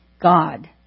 God